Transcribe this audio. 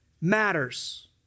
matters